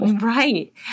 Right